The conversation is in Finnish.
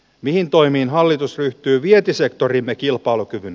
mihin toimiin hallitus ryhtyy vientisektorimme kilpailukyvyn